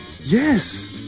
Yes